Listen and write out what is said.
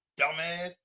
dumbass